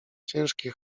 ciężkie